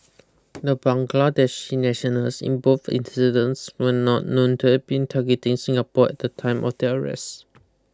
the Bangladeshi nationals in both incidents were not known to have been targeting Singapore at the time of their arrests